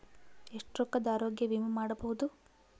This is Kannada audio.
ಎಷ್ಟ ರೊಕ್ಕದ ಆರೋಗ್ಯ ವಿಮಾ ಮಾಡಬಹುದು?